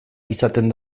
izaten